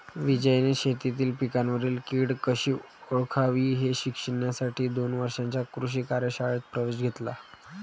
विजयने शेतीतील पिकांवरील कीड कशी ओळखावी हे शिकण्यासाठी दोन दिवसांच्या कृषी कार्यशाळेत प्रवेश घेतला